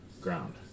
ground